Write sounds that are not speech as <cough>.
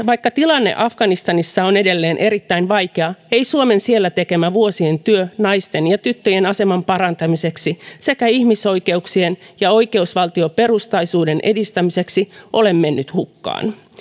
<unintelligible> vaikka tilanne afganistanissa on edelleen erittäin vaikea ei suomen siellä tekemä vuosien työ naisten ja tyttöjen aseman parantamiseksi sekä ihmisoikeuksien ja oikeusvaltioperustaisuuden edistämiseksi ole mennyt hukkaan